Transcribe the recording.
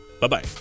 Bye-bye